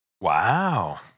Wow